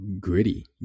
gritty